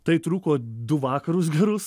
tai truko du vakarus gerus